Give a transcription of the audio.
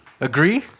Agree